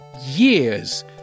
years